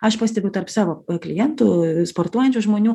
aš pastebiu tarp savo klientų sportuojančių žmonių